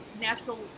National